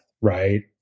Right